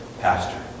Pastor